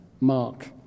mark